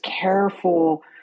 careful